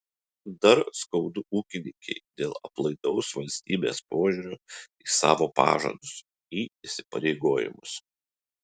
dar skaudu ūkininkei dėl aplaidaus valstybės požiūrio į savo pažadus į įsipareigojimus